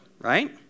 right